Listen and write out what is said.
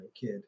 kid